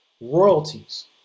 Royalties